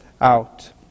out